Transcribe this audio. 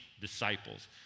disciples